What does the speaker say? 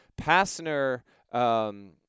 Passner